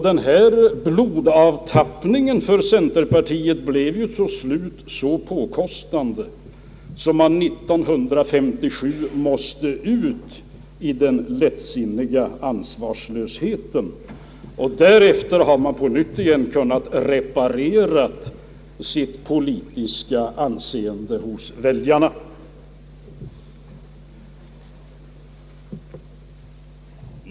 Denna blodavtappning för centerpartiet blev till slut så påkostande, att man 1937 kände att man måste ut i den lättsinniga ansvarslösheten. Därefter har man på nytt kunnat reparera sitt politiska anseende hos väljarna.